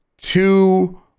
two